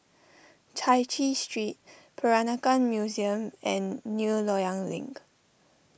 Chai Chee Street Peranakan Museum and New Loyang Link